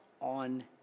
on